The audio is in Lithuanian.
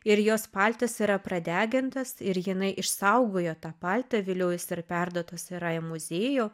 ir jos paltas yra pradegintas ir jinai išsaugojo tą paltą vėliau jis yra perduotas yra į muziejų